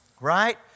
right